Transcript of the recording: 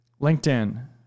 LinkedIn